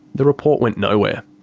the report went nowhere.